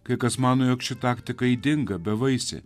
kai kas mano jog ši taktika ydinga bevaisė